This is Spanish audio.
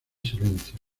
silencio